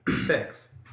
Six